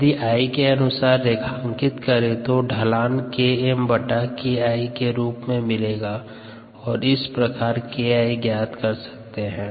यदि I के अनुसार रेखांकित करें तो ढलान Km KI के रूप में मिलेगा और इस प्रकार KI ज्ञात कर सकते हैं